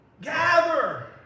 Gather